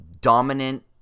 dominant